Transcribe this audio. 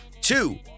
two